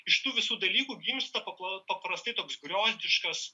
iš tų visų dalykų gimsta pap paprastai toks griozdiškas